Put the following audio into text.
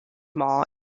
mall